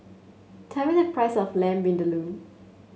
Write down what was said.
tell me the price of Lamb Vindaloo